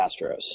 Astros